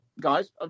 guys